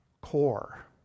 core